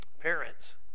Parents